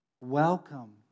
Welcome